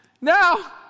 Now